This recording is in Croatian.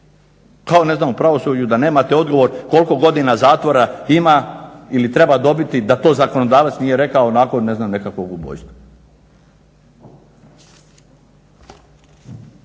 Kao ne znam u pravosuđu da nemate odgovor koliko godina zatvora ima ili treba dobiti da to zakonodavac nije rekao nakon ne znam nekakvog ubojstva.